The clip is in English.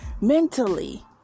mentally